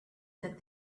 that